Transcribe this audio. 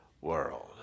world